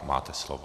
Máte slovo.